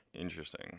Interesting